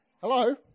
Hello